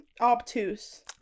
obtuse